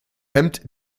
hemmt